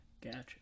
gotcha